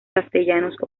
castellanos